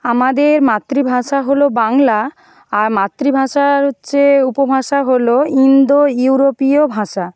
আমাদের মাতৃভাষা হলো বাংলা আর মাতৃভাষার হচ্ছে উপভাষা হলো ইন্দো ইউরোপীয় ভাষা